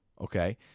okay